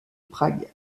prague